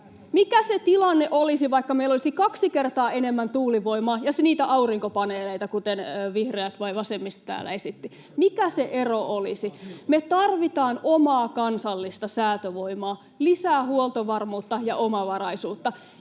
Mikä se tilanne olisi, vaikka meillä olisi kaksi kertaa enemmän tuulivoimaa ja niitä aurinkopaneeleita, kuten vihreät tai vasemmisto täällä esitti, mikä se ero olisi? Me tarvitaan omaa kansallista säätövoimaa, lisää huoltovarmuutta ja omavaraisuutta.